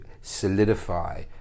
solidify